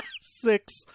Six